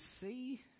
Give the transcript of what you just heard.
see